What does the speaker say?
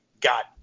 got